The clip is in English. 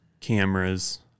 cameras